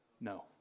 No